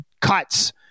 cuts